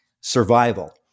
survival